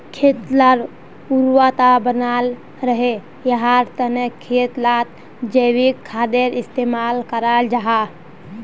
खेत लार उर्वरता बनाल रहे, याहार तने खेत लात जैविक खादेर इस्तेमाल कराल जाहा